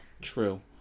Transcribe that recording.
true